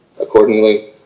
Accordingly